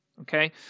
okay